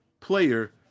player